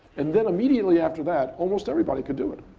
and then immediately after that, almost everybody could do it.